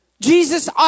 Jesus